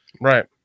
Right